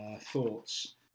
thoughts